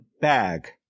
bag